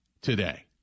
today